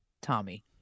Tommy